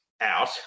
out